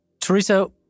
Teresa